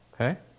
okay